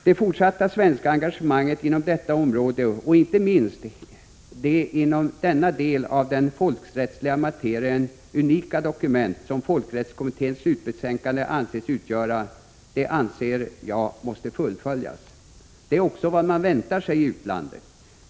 Det fortsatta svenska engagemanget inom detta område och inte minst det inom denna del av den folkrättsliga materian unika dokument som folkrättskommitténs slutbetänkande anses utgöra anser jag måste fullföljas. Det är också vad man väntar sig i utlandet.